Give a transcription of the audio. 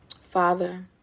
father